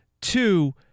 Two